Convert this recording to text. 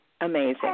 amazing